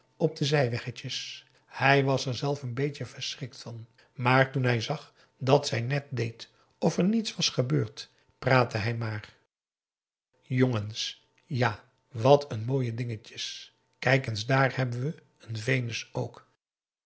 op de zijwegjes hij was er zelf n beetje verschrikt van maar toen hij zag dat zij net deed of er niets was gebeurd praatte hij maar jongens ja wat n mooie dingetjes kijk eens daar hebben we een venus ook